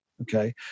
okay